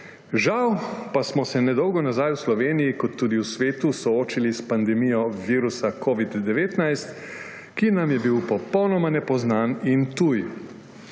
Žal pa smo se nedolgo nazaj tako v Sloveniji kot tudi v svetu soočili s pandemijo virusa covid-19, ki nam je bil popolnoma nepoznan in tuj.